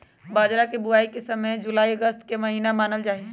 बाजरा के बुवाई के समय जुलाई अगस्त के महीना मानल जाहई